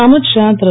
Amit Shah Thiru